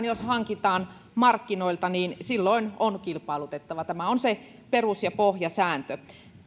jos hankitaan markkinoilta silloin on kilpailutettava tämä on se perus ja pohjasääntö